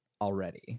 already